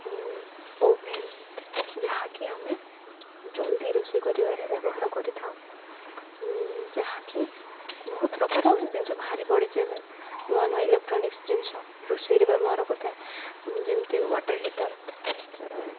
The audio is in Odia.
ଓଭେନ୍ ଯାହାକି ଆମେ ଜଲ୍ଦି ରୋଷେଇ କରିବାରେ ବ୍ୟବହାର କରିଥାଉ ଯାହାକି ବହୁତ ପ୍ରକାର ଜିନିଷ ଭାରି ପଡ଼ିଛି ଏବେ ନୂଆ ନୂଆ ଇଲେକ୍ଟ୍ରୋନିକ୍ସ ଜିନିଷ ରୋଷେଇରେ ବ୍ୟବହାର କରିଥାଏ ଯେମିତି ୱାଟର୍ ହିଟର୍